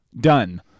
Done